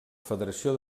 federació